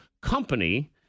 company